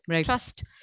Trust